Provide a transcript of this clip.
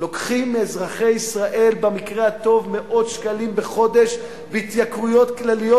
לוקחים מאזרחי ישראל במקרה הטוב מאות שקלים בחודש בהתייקרויות כלליות,